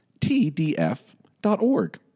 tdf.org